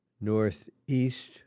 northeast